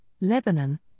Lebanon